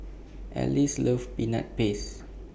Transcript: Alice loves Peanut Paste